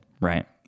right